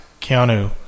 Keanu